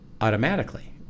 automatically